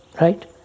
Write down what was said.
Right